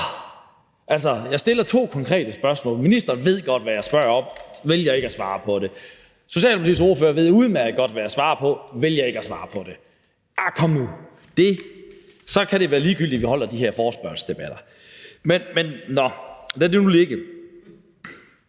jeg stiller to konkrete spørgsmål. Ministeren ved godt, hvad jeg spørger om, men vælger ikke at svare på det. Socialdemokratiets ordfører ved udmærket godt, hvad jeg spørger om, men vælger ikke at svare på det. Arh, kom nu! Så kan det være ligegyldigt, at vi holder de her forespørgselsdebatter. Nå, men lad det nu ligge.